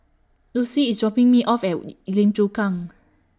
Lucie IS dropping Me off At Wu Lim Chu Kang